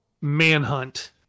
Manhunt